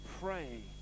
pray